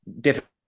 different